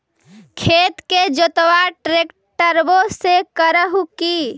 खेत के जोतबा ट्रकटर्बे से कर हू की?